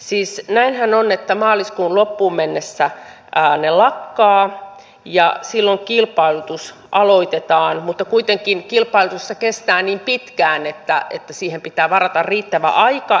siis näinhän on että maaliskuun loppuun mennessä ne lakkaavat ja silloin kilpailutus aloitetaan mutta kuitenkin kilpailutuksessa kestää niin pitkään että siihen pitää varata riittävä aika